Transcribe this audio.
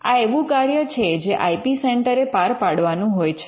આ એવું કાર્ય છે જે આઇ પી સેન્ટર એ પાર પાડવાનું હોય છે